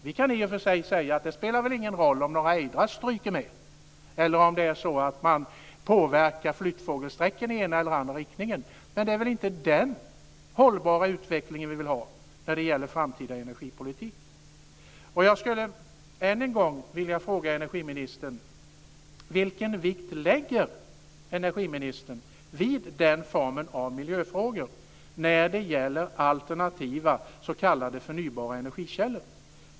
Vi kan i och för sig säga att det spelar väl ingen roll om några ejdrar stryker med eller om det är så att man påverkar flyttfågelsträcken i den ena eller andra riktningen. Men det är väl inte den hållbara utvecklingen vi vill ha när det gäller framtida energipolitik? Jag skulle än en gång vilja fråga vilken vikt energiministern lägger vid den här formen av miljöfrågor när det gäller alternativa s.k. förnybara energikällor.